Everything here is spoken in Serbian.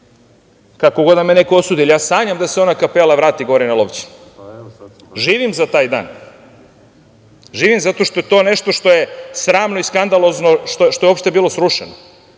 kako god da me neko osudi, ali ja sanjam da se ona kapela vrati gore na Lovćen. Živim za taj dan. Živim zato što je to nešto što je sramno i skandalozno što je uopšte bilo srušeno.